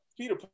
Peter